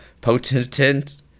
potentate